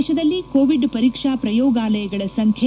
ದೇಶದಲ್ಲಿ ಕೋವಿಡ್ ಪರೀಕ್ಷಾ ಪಯೋಗಾಲಯಗಳ ಸಂಖ್ಯೆ